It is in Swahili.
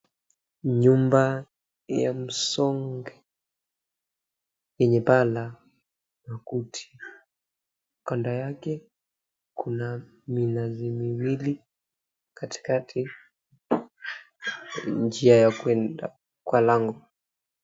Nyumba ya msonge yenye paa la makuti. Kando yake kuna minazi miwili, katikati, njia ya kwenda kwa lango.